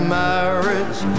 marriage